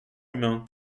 humain